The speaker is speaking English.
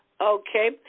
Okay